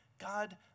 God